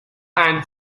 ein